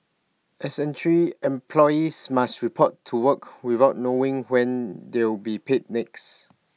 employees must report to work without knowing when they'll be paid next